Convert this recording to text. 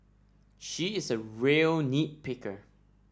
he is a real nit picker